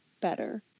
better